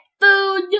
food